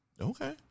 Okay